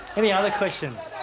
any other questions?